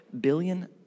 billion